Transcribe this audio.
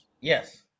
Yes